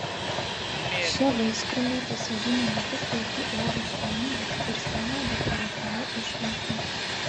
šie vaiskrūmiai pasižymi ne tik puikiu uogų skoniu bet ir savo dekoratyvia išvaizda